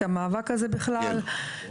את המאבק הזה בכלל.